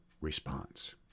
response